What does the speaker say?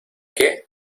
qué